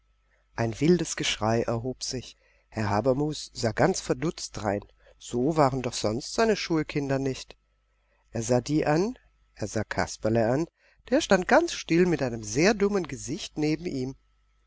ein wildes geschrei erhob sich herr habermus sah ganz verdutzt drein so waren doch sonst seine schulkinder nicht er sah die an er sah kasperle an der stand ganz still mit einem sehr dummen gesicht neben ihm